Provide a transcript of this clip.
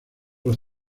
los